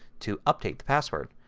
to update password.